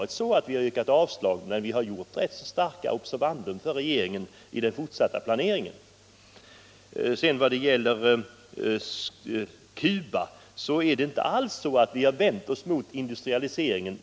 Vi har inte yrkat avslag, men vi har gjort ganska kraftiga påpekanden inför regeringens fortsatta planering. Vad sedan gäller Cuba är det inte alls så att vi har vänt oss mot industrialiseringen.